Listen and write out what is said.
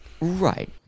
right